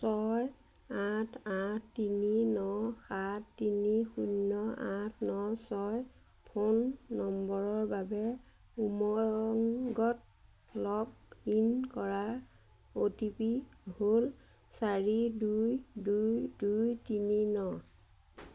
ছয় আঠ আঠ তিনি ন সাত তিনি শূন্য আঠ ন ছয় ফোন নম্বৰৰ বাবে উমংগত লগ ইন কৰাৰ অ' টি পি হ'ল চাৰি দুই দুই দুই তিনি ন